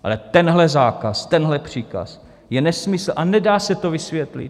Ale tenhle zákaz, tenhle příkaz je nesmysl a nedá se to vysvětlit.